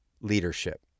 leadership